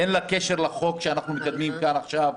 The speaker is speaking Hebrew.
אין לזה קשר לחוק שאנחנו מקדמים כאן עכשיו.